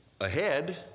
ahead